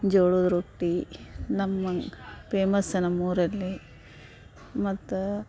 ಜೋಳದ ರೊಟ್ಟಿ ನಮ್ಮಂಗೆ ಪೇಮಸ್ಸ ನಮ್ಮ ಊರಲ್ಲಿ ಮತ್ತು